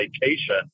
vacation